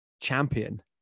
champion